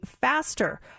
faster